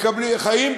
חיים פחות,